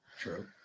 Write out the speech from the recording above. True